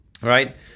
right